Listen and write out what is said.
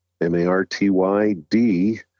M-A-R-T-Y-D